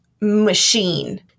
machine